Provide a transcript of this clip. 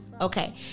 Okay